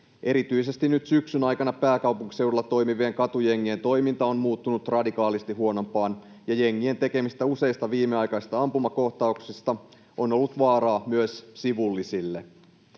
Erityisesti nyt syksyn aikana on pääkaupunkiseudulla toimivien katujengien toiminta muuttunut radikaalisti huonompaan, ja jengien tekemistä useista viimeaikaisista ampumakohtauksista on ollut vaaraa myös sivullisille.